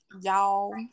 y'all